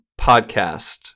podcast